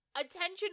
attention